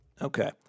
Okay